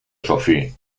sophie